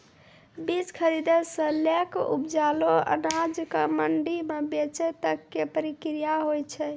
बीज खरीदै सॅ लैक उपजलो अनाज कॅ मंडी म बेचै तक के प्रक्रिया हौय छै